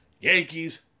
Yankees